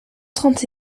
trente